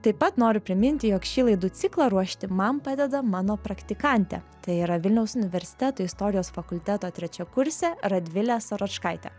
taip pat noriu priminti jog šį laidų ciklą ruošti man padeda mano praktikantė tai yra vilniaus universiteto istorijos fakulteto trečiakursė radvilė saročkaitė